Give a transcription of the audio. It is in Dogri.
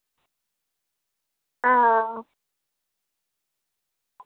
हां